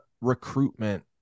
recruitment